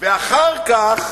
ואחר כך,